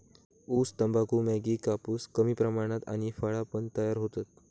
ऊस, तंबाखू, मॅगी, कापूस कमी प्रमाणात आणि फळा पण तयार होतत